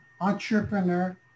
entrepreneur